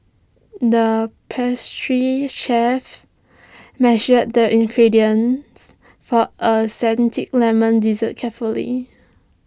the pastry chef measured the ingredients for A Lemon Dessert carefully